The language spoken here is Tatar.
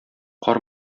кар